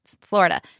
Florida